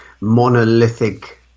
monolithic